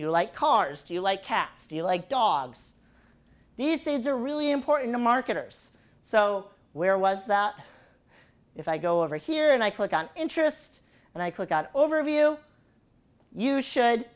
you like cars do you like cats do you like dogs this is a really important marketers so where was that if i go over here and i click on interests and i click got overview you should